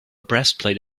breastplate